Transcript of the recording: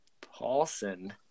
Paulson